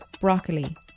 broccoli